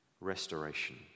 restoration